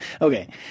Okay